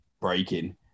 breaking